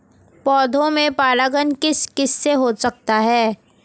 पौधों में परागण किस किससे हो सकता है?